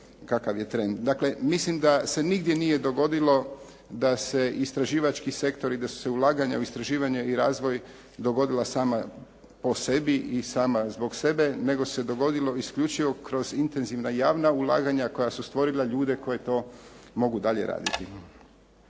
kakav je trend. Dakle, mislim da se nigdje nije dogodilo da se istraživački sektori, da su se ulaganja u istraživanje i razvoj dogodila sama po sebi i sama zbog sebe, nego se dogodilo isključivo kroz intenzivna javna ulaganja koja su stvorila ljude koja to mogu dalje raditi.